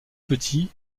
petit